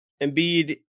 Embiid